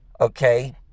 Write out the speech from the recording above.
okay